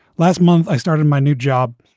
last month i started my new job.